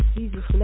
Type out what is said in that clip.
Jesus